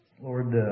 Lord